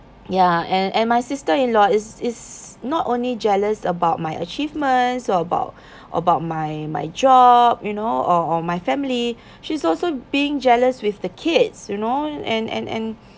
ya and and my sister-in-law is is not only jealous about my achievements or about about my my job you know or or my family she's also being jealous with the kids you know and and and